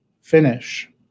finish